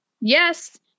yes